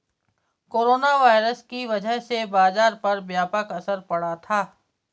corona virus की वजह से बाजार पर व्यापक असर पड़ा था